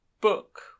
book